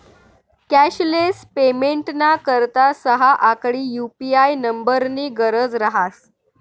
cashless पेमेंटना करता सहा आकडी यु.पी.आय नम्बरनी गरज रहास